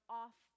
off